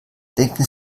denken